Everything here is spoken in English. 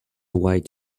white